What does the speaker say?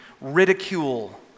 ridicule